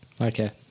Okay